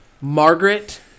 Margaret